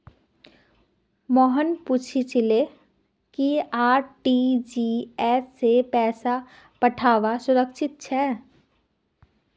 मोहन पूछले कि आर.टी.जी.एस स पैसा पठऔव्वा सुरक्षित छेक